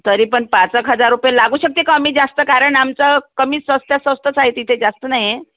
तरी पण पाच एक हजार रुपये लागू शकते कमी जास्त कारण आमचं कमी स्वस्त स्वस्तच आहे तिथे जास्त नाही आहे